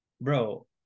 bro